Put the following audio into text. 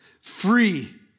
Free